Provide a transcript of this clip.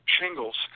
shingles